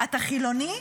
אתה חילוני?